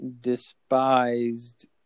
despised